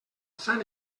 sant